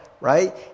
right